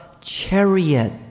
chariot